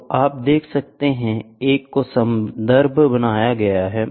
तो आप देख सकते हैं एक को संदर्भ बनाया गया है